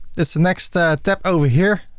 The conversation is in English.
this next step over here.